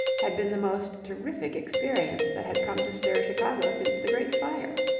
had been the most terrific experience that had come to stir chicago since the great fire.